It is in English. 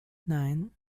nine